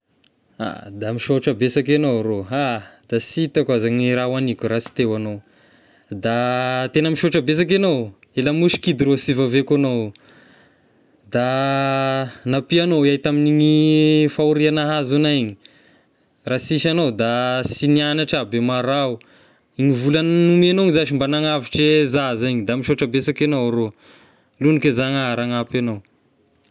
Ah da misaotra besaky egnao rô, ah! Da sy hitako aza ny raha ho hagniko raha sy teo agnao, da tegna misoatra besaky egnao, e lamosy kidy rô sy hivaveko agnao, da nampiagnao iahy tamin'igny fahoria nahazo agnay igny, raha sisy agnao da sy nianatra aby e marao, ny vola nomegnao zashy mba nagnavitry zaza igny, da misaotra besaky agnao rô, logniky zagnahary hanampy agnao.